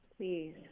Please